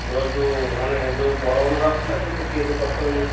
Bolero ଯେଉଁ ମାନେ ବଡ଼ ବୋଲେରୋ ଆସୁଛି ନା ଏମିତି ଛୋଟିଆ ପଛ